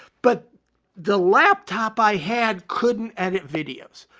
but the laptop i had couldn't edit videos.